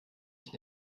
ich